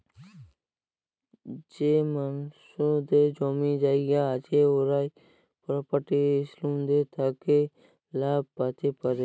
যে মালুসদের জমি জায়গা আছে উয়ারা পরপার্টি ইলসুরেলস থ্যাকে লাভ প্যাতে পারে